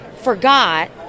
forgot